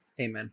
amen